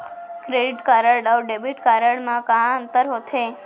Credit card अऊ debit card मा का अंतर होथे?